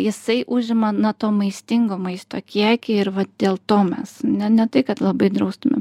jisai užima na to maistingo maisto kiekį ir dėl to mes ne ne tai kad labai draustumėm